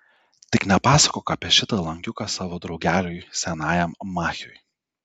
tik nepasakok apie šitą langiuką savo draugeliui senajam machiui